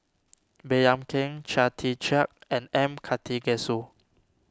Baey Yam Keng Chia Tee Chiak and M Karthigesu